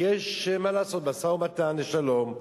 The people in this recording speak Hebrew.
כי יש, מה לעשות, משא-ומתן לשלום,